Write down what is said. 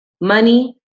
Money